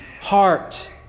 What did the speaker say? heart